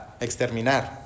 exterminar